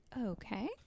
Okay